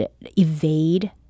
evade